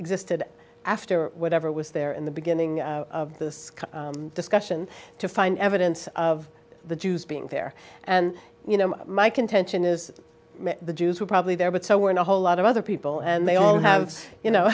existed after whatever was there in the beginning of this discussion to find evidence of the jews being there and you know my contention is the jews were probably there but so were and a whole lot of other people and they all have you know